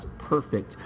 perfect